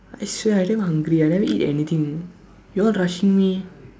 I swear I damn hungry I never eat anything you all rushing me